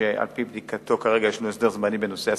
שעל-פי בדיקתו כרגע יש הסדר זמני בנושא הספרייה,